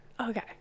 Okay